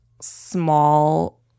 small